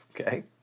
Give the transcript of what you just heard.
okay